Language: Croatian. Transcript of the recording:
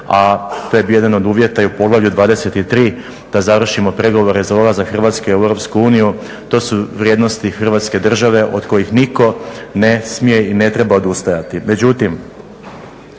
a to je bio jedan od uvjeta i u poglavlju 23. da završimo pregovore za ulazak Hrvatske u Europsku uniju. To su vrijednosti Hrvatske države od kojih nitko ne smije i ne treba odustajati.